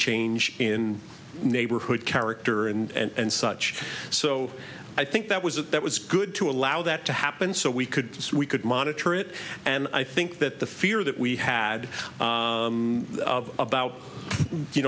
change in neighborhood character and such so i think that was it that was good to allow that to happen so we could we could monitor it and i think that the fear that we had about you